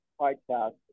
podcast